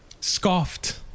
scoffed